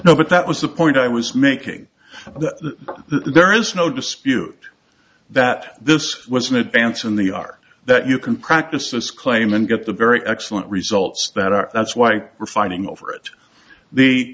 no but that was the point i was making that there is no dispute that this was an advance in the are that you can practice this claim and get the very excellent results that are that's why we're fighting over it the